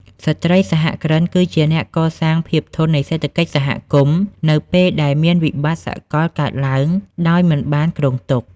ស្ត្រីសហគ្រិនគឺជាអ្នកកសាងភាពធន់នៃសេដ្ឋកិច្ចសហគមន៍ នៅពេលដែលមានវិបត្តិសកលកើតឡើងដោយមិនបានគ្រោងទុក។